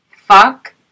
Fuck